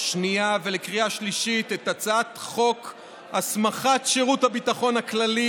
שנייה ולקריאה שלישית את הצעת חוק הסמכת שירות הביטחון הכללי